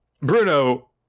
Bruno